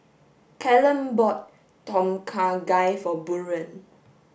Callum bought Tom Kha Gai for Buren